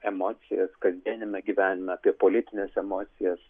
emocijas kasdieniame gyvenime apie politines emocijas